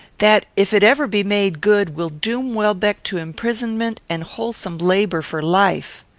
that, if it ever be made good, will doom welbeck to imprisonment and wholesome labour for life.